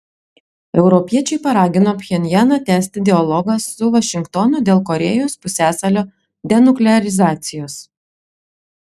europiečiai paragino pchenjaną tęsti dialogą su vašingtonu dėl korėjos pusiasalio denuklearizacijos